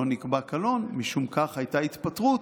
לא נקבע קלון, ומשום כך הייתה התפטרות,